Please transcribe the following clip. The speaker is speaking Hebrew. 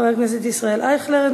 חבר הכנסת ישראל אייכלר,